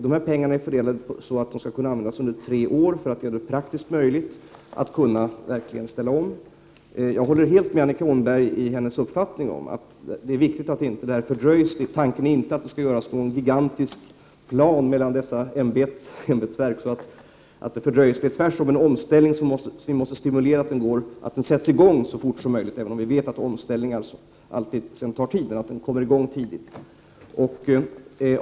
Dessa pengar är fördelade på ett sådant sätt att de skall kunna användas under tre år för att det skall bli praktiskt möjligt för lantbrukarna att ställa om sin produktion. Jag håller helt med Annika Åhnberg om att det är viktigt att detta arbete inte fördröjs. Tanken är inte att det skall göras upp någon gigantisk plan från dessa ämbetsverks sida så att detta arbete fördröjs. Tvärtom måste man se till att omställningsarbetet sätts i gång så fort som möjligt, även om vi vet att omställningsarbete alltid tar tid.